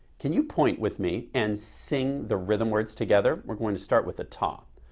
can you point with me and sing the rhythm words together? we're going to start with a ta.